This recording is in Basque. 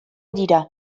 dira